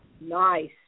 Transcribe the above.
Nice